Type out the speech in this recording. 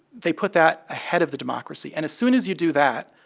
they put that ahead of the democracy. and as soon as you do that,